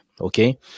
okay